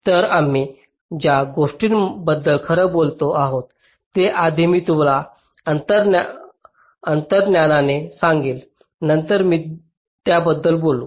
तर आम्ही ज्या गोष्टींबद्दल खरं बोलत आहोत ते आधी मी तुला अंतर्ज्ञानाने सांगेन नंतर मी त्याबद्दल बोलू